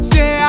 Say